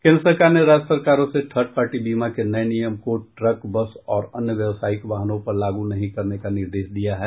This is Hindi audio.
केन्द्र सरकार ने राज्य सरकारों से थर्ड पार्टी बीमा के नये नियम को ट्रक बस और अन्य व्यवसायिक वाहनों पर लागू नहीं करने का निर्देश दिया है